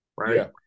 right